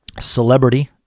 celebrity